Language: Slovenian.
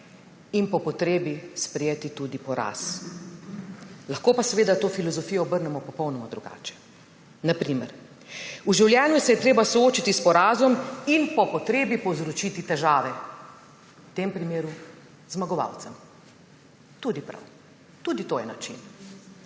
in po potrebi sprejeti tudi poraz. Lahko pa seveda to filozofijo obrnemo popolnoma drugače, na primer, v življenju se je treba soočiti s porazom in po potrebi povzročiti težave. V tem primeru zmagovalcem. Tudi prav, tudi to je način.